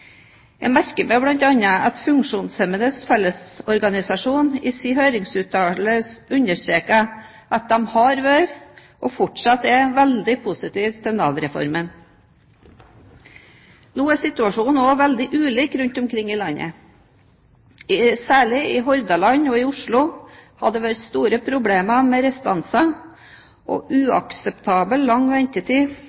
Jeg merker meg bl.a. at Funksjonshemmedes Fellesorganisasjon i sin høringsuttalelse understreker at de har vært, og fortsatt er, veldig positiv til Nav-reformen. Nå er situasjonen også veldig ulik rundt omkring i landet. Særlig i Hordaland og i Oslo har det vært store problemer med restanser og